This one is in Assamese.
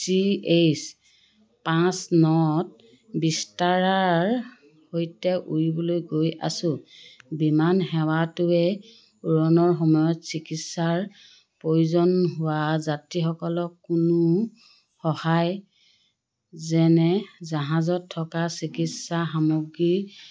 চি এইছ পাঁচ নত ভিস্তাৰাৰ সৈতে উৰিবলৈ গৈ আছোঁ বিমানসেৱাটোৱে উৰণৰ সময়ত চিকিৎসাৰ প্ৰয়োজন হোৱা যাত্ৰীসকলক কোনো সহায় যেনে জাহাজত থকা চিকিৎসা সামগ্ৰীৰ